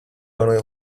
only